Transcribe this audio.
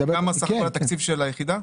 כמה סך הכל התקציב של היחידה?